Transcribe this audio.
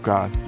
God